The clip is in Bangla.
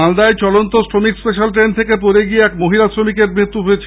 মালদায় চলন্ত শ্রমিক স্পেশাল ট্রেন থেকে পড়ে গিয়ে এক মহিলা শ্রমিকের মৃত্যু হয়েছে